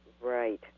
Right